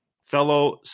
Fellow